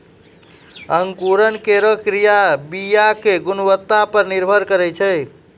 अंकुरन केरो क्रिया बीया क गुणवत्ता पर निर्भर करै छै